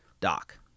doc